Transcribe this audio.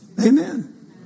Amen